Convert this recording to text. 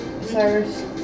Cyrus